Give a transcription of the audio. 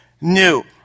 new